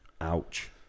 Ouch